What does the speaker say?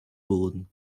boden